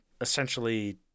essentially